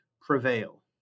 prevail